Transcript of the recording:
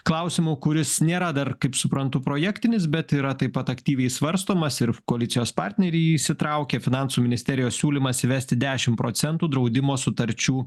klausimu kuris nėra dar kaip suprantu projektinis bet yra taip pat aktyviai svarstomas ir koalicijos partneriai į jį įsitraukė finansų ministerijos siūlymas įvesti dešim procentų draudimo sutarčių